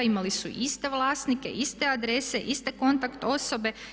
Imali su iste vlasnike, iste adrese, iste kontakt osobe.